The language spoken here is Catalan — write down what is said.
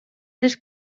les